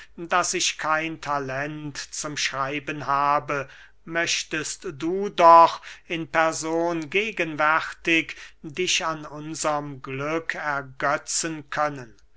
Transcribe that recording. daß ich kein talent zum schreiben habe möchtest du doch in person gegenwärtig dich an unserm glück ergetzen können